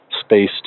space